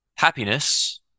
Happiness